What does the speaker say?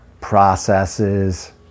processes